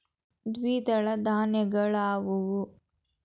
ದ್ವಿದಳ ಧಾನ್ಯಗಳಾವುವು?